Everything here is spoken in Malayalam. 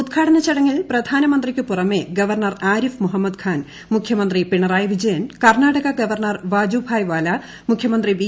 ഉദ്ഘാടന ചടങ്ങിൽ പ്രധാനമന്ത്രിക്ക് പുറമേ ഗവർണർ ആരിഫ് മുഹമ്മദ് ഖാൻ മുഖ്യമന്ത്രി പിണറായി വിജയൻ കർണ്ണാടക ഗവർണർ വാജുഭായ് വാല മുഖ്യമന്ത്രി വി